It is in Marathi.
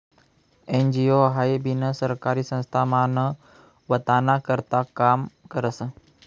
एन.जी.ओ हाई बिनसरकारी संस्था मानवताना करता काम करस